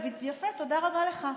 יפה, תודה רבה לך.